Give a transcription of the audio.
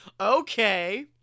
Okay